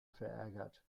verärgert